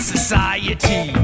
Society